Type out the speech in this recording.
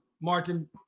Martin